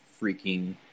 freaking